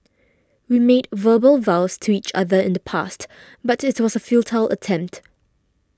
we made verbal vows to each other in the past but it was a futile attempt